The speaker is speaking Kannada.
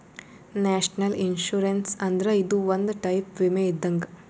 ನ್ಯಾಷನಲ್ ಇನ್ಶುರೆನ್ಸ್ ಅಂದ್ರ ಇದು ಒಂದ್ ಟೈಪ್ ವಿಮೆ ಇದ್ದಂಗ್